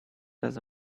does